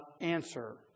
answer